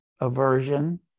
aversion